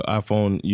iPhone